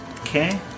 Okay